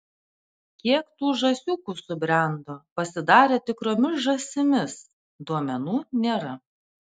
kiek tų žąsiukų subrendo pasidarė tikromis žąsimis duomenų nėra